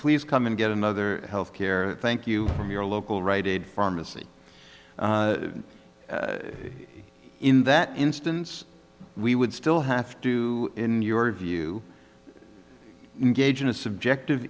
please come and get another health care thank you from your local rite aid pharmacy in that instance we would still have to in your view gauge in a subjective